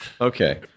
Okay